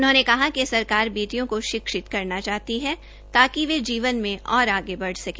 उन्होंने कहा कि सरकार बेटियों को शिक्षित करवाना चाहती है ताकि वे जीवन मे और अगर बढ़ सके